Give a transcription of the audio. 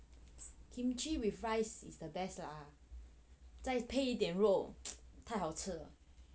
kimchi with rice is the best lah 再配一点 肉太好吃了